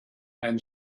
and